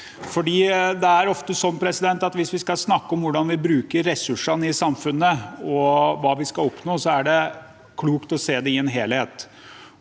faglig fundert. Hvis vi skal snakke om hvordan vi bruker ressursene i samfunnet, og hva vi skal oppnå, er det ofte klokt å se det i en helhet.